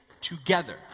together